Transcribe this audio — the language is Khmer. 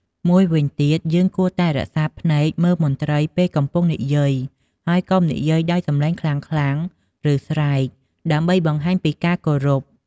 មួយវិញទៀត យើងគួរតែរក្សាភ្នែកមើលមន្ត្រីពេលកំពុងនិយាយ ហើយកុំនិយាយដោយសំឡេងខ្លាំងៗ ឬ ស្រែក ដើម្បីបង្ហាញពីការគោរព។